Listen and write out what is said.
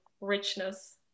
richness